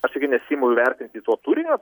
aš irgi nesiimu vertinti to turinio